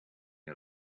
and